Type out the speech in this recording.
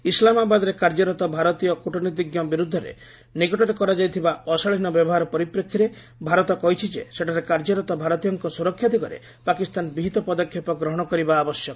ଇସ୍ଲାମାବାଦରେ କାର୍ଯ୍ୟରତ ଭାରତୀୟ କୃଟନୀତିଜ୍ଞଙ୍କ ବିରୁଦ୍ଧରେ ନିକଟରେ କରାଯାଇଥିବା ଅଶାଳୀନ ବ୍ୟବହାର ପରିପ୍ରେକ୍ଷୀରେ ଭାରତ କହିଛି ଯେ ସେଠାରେ କାର୍ଯ୍ୟରତ ଭାରତୀୟଙ୍କ ସୁରକ୍ଷା ଦିଗରେ ପାକିସ୍ତାନ ବିହିତ ପଦକ୍ଷେପ ଗ୍ରହଣ କରିବା ଆବଶ୍ୟକ